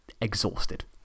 exhausted